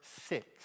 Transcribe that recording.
six